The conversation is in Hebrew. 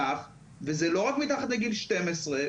וזה לא רק מתחת לגיל 12,